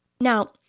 Now